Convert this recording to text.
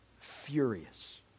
furious